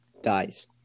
Dies